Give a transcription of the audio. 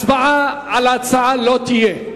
הצבעה על ההצעה לא תהיה,